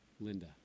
Linda